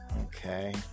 Okay